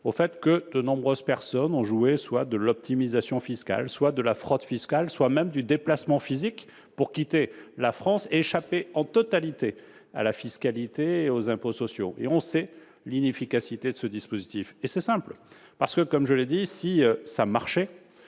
a poussé de nombreuses personnes à jouer soit de l'optimisation fiscale, soit de la fraude fiscale, soit, même, du déplacement physique pour quitter la France et échapper en totalité à la fiscalité et aux impôts sociaux. On sait donc l'inefficacité de ce dispositif. C'est simple, si cela marchait,